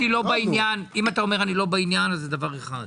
אני לא בעניין, זה דבר אחד.